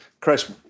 Chris